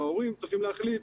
וההורים צריכים להחליט